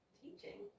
teaching